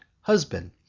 husband